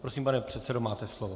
Prosím, pane předsedo, máte slovo.